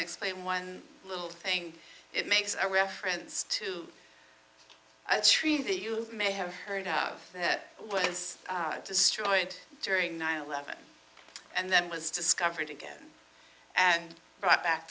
to explain one little thing it makes a reference to a tree that you may have heard of that was destroyed during nine eleven and then was discovered again and brought back